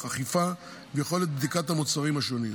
אכיפה ויכולת בדיקת המוצרים השונים,